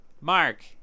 mark